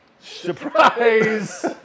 Surprise